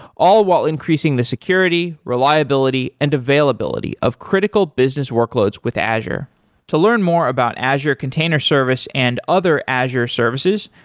all while increasing the security, reliability and availability of critical business workloads with azure to learn more about azure container service and other azure services,